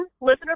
listener